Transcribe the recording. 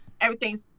Everything's